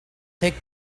thick